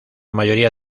mayoría